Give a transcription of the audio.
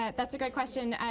um that's a great question.